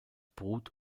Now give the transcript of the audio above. brut